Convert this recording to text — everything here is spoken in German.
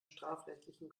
strafrechtlichen